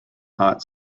hot